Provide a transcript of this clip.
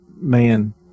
man